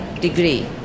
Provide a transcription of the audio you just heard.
Degree